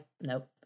Nope